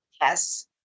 Yes